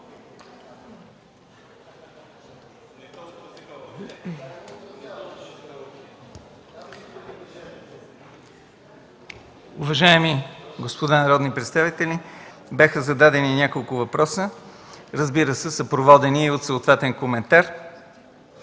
Уважаеми господа народни представители, бяха зададени няколко въпроса, разбира се, съпроводени и от съответен коментар.